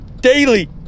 daily